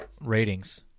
ratings